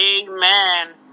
Amen